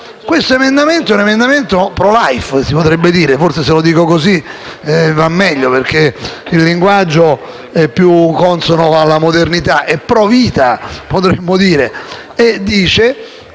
va meglio, perché il linguaggio è più consono alla modernità. Potremmo dire che è pro vita, perché dice che in caso di contrasto le ragioni della sopravvivenza devono prevalere.